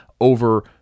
over